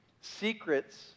secrets